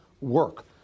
work